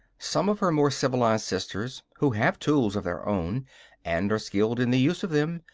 some of her more civilized sisters, who have tools of their own and are skilled in the use of them,